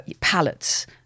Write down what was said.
palettes